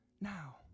now